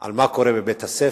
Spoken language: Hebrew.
מה קורה בבית-הספר,